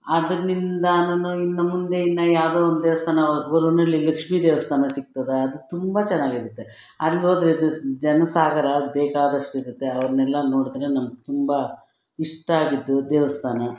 ಅದರಿಂದ ನಾನು ಇನ್ನು ಮುಂದೆ ಇನ್ನು ಯಾವುದೋ ಒಂದು ದೇವಸ್ಥಾನ ಗೊರ್ವನಳ್ಳಿ ಲಕ್ಷ್ಮೀ ದೇವಸ್ಥಾನ ಸಿಗ್ತದ ಅದು ತುಂಬ ಚೆನ್ನಾಗಿರುತ್ತೆ ಅಲ್ಲೋದ್ರೆ ಜನಸಾಗರ ಅಲ್ಲಿ ಬೇಕಾದಷ್ಟು ಸಿಗುತ್ತೆ ಅವರನೆಲ್ಲ ನೋಡೋತಕ ನಮ್ಗೆ ತುಂಬ ಇಷ್ಟ ಆಗಿದ್ದು ದೇವಸ್ಥಾನ